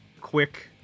quick